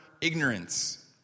ignorance